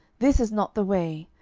this is not the way,